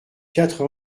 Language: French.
quatre